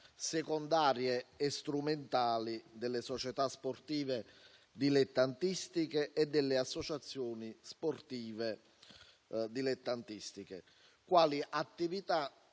secondarie e strumentali delle società sportive dilettantistiche e delle associazioni sportive dilettantistiche, quali attività